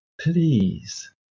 please